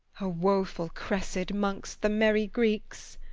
a woeful cressid mongst the merry greeks!